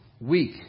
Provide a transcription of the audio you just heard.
Weak